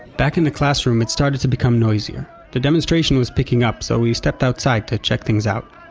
back in the classroom, it started to become noisier. the demonstration was picking up, so we stepped outside to check things out.